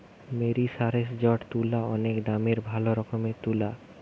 মেরিসারেসজড তুলা অনেক দামের ভালো রকমের তুলা